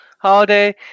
Holiday